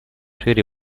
шире